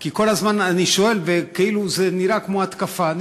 כי כל הזמן אני שואל וכאילו זה נראה כמו התקפה.